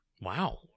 Wow